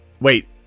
Wait